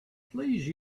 please